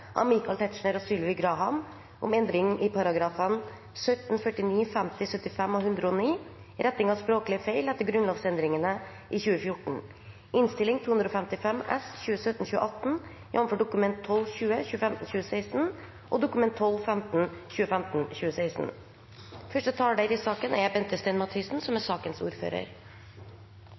av Michael Tetzschner og Sylvi Graham, om endring i §§ 17, 49, 50, 75 og 109, som er retting av språklige feil etter grunnlovsendringene i 2014.